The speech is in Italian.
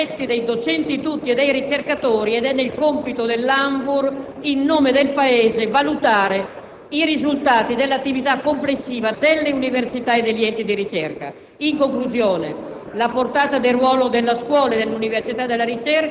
valutare l'attività dei soggetti, dei docenti tutti e dei ricercatori; così come è compito dell'ANVUR, in nome del Paese, valutare i risultati dell'attività complessiva delle università e degli enti di ricerca. In conclusione,